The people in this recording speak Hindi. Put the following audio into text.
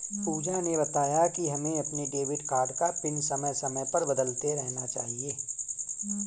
पूजा ने बताया कि हमें अपने डेबिट कार्ड का पिन समय समय पर बदलते रहना चाहिए